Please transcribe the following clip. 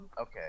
okay